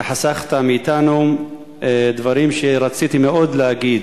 אתה חסכת מאתנו דברים שרציתי מאוד להגיד,